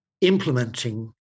implementing